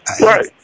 Right